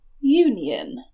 union